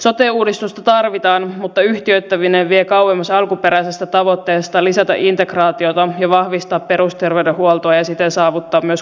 sote uudistusta tarvitaan mutta yhtiöittäminen vie kauemmas alkuperäisestä tavoitteesta lisätä integraatiota ja vahvistaa perusterveydenhuoltoa ja siten saavuttaa myös kustannustehokkuutta